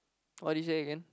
what did you say again